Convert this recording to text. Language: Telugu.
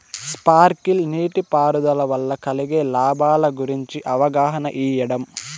స్పార్కిల్ నీటిపారుదల వల్ల కలిగే లాభాల గురించి అవగాహన ఇయ్యడం?